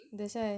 that's why